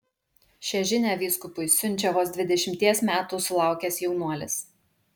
šią žinią vyskupui siunčia vos dvidešimties metų sulaukęs jaunuolis